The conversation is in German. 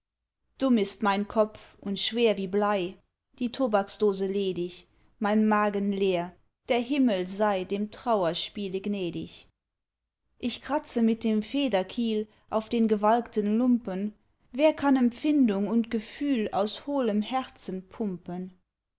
dumm ist mein kopf und schwer wie blei die tobaksdose ledig mein magen leer der himmel sei dem trauerspiele gnädig ich kratze mit dem federkiel auf den gewalkten lumpen wer kann empfindung und gefühl aus hohlem herzen pumpen